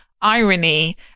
irony